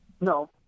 No